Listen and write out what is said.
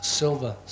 silver